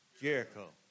Jericho